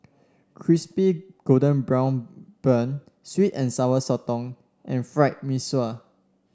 Crispy Golden Brown Bun sweet and Sour Sotong and Fried Mee Sua